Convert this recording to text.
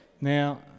Now